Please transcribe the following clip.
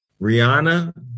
Rihanna